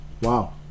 Wow